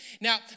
now